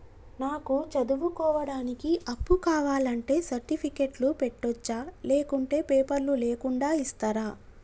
నాకు చదువుకోవడానికి అప్పు కావాలంటే సర్టిఫికెట్లు పెట్టొచ్చా లేకుంటే పేపర్లు లేకుండా ఇస్తరా?